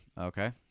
Okay